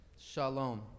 Shalom